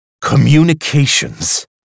Communications